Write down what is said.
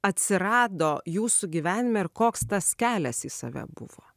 atsirado jūsų gyvenime ir koks tas kelias į save buvo